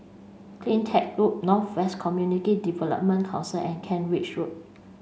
CleanTech Loop North West Community Development Council and Kent Ridge Road